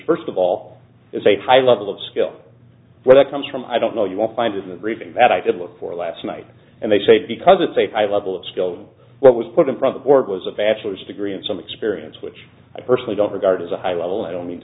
first of all it's a high level of skill where that comes from i don't know you won't find it in the briefing that i did look for last night and they say because it's a high level of skill what was put in from the board was a bachelor's degree and some experience which i personally don't regard as a high level i don't mean to